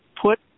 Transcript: Put